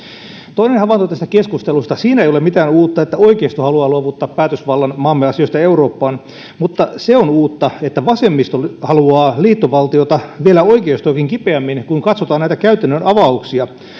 toinen havainto tästä keskustelusta siinä ei ole mitään uutta että oikeisto haluaa luovuttaa päätösvallan maamme asioista eurooppaan mutta se on uutta että vasemmisto haluaa liittovaltiota vielä oikeistoakin kipeämmin kun katsotaan näitä käytännön avauksia